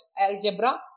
algebra